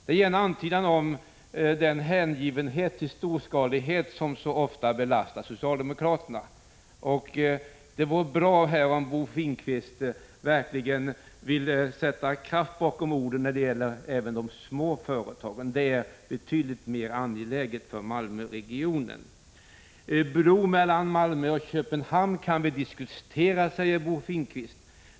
Det ger en antydan om den hängivenhet för storskalighet som så ofta belastar socialdemokraterna, och det vore bra om Bo Finnkvist verkligen ville sätta kraft bakom orden även när det gäller de små företagen. Detta är betydligt mer angeläget för Malmöregionen. Frågan om en bro mellan Malmö och Köpenhamn kan vi diskutera, säger Bo Finnkvist vidare.